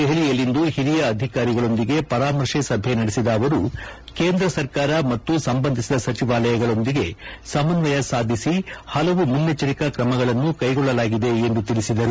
ದೆಹಲಿಯಲ್ಲಿಂದು ಹಿರಿಯ ಅಧಿಕಾರಿಗಳೊಂದಿಗೆ ಪರಾಮರ್ಶೆ ಸಭೆ ನಡೆಸಿದ ಅವರು ಕೇಂದ್ರ ಸರ್ಕಾರ ಮತ್ತು ಸಂಬಂಧಿಸಿದ ಸಚಿವಾಲಯಗಳೊಂದಿಗೆ ಸಮನ್ನಯ ಸಾಧಿಸಿ ಪಲವು ಮುನ್ನೆಜ್ಜರಿಕಾ ಕ್ರಮಗಳನ್ನು ಕೈಗೊಳ್ಳಲಾಗಿದೆ ಎಂದು ತಿಳಿಸಿದರು